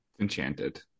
Enchanted